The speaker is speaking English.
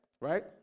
right